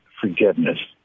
forgiveness